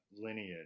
lineage